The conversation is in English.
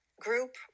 group